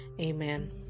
Amen